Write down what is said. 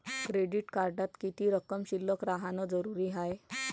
Credit कार्डात किती रक्कम शिल्लक राहानं जरुरी हाय?